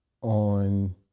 on